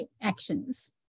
actions